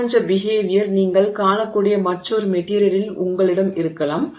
இது போன்ற பிஹேவியர் நீங்கள் காணக்கூடிய மற்றொரு மெட்டிரியலில் உங்களிடம் இருக்கலாம்